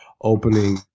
opening